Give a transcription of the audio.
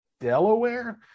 Delaware